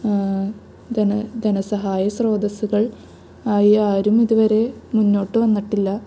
ധന ധനസഹായ സ്രോതസ്സുകൾ ആയി ആരും ഇതുവരെ മുന്നോട്ട് വന്നിട്ടില്ല